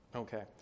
Okay